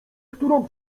którą